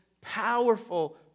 powerful